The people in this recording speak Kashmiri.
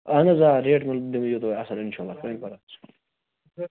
اہن حظ آ ریٹ مِلہِ تۄہہِ اَصٕل اِنشاء اللہ کٕہۭنۍ پَرواے چھُنہٕ